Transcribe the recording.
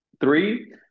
three